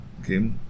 Okay